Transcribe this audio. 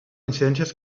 incidències